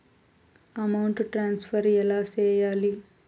amount transfer ఎలా సేయాలి